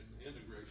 integration